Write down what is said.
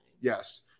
Yes